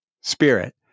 spirit